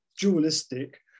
dualistic